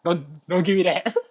don't don't give me that